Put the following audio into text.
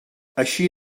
així